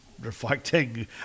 reflecting